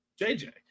JJ